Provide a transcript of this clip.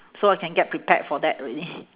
so I can get prepared for that already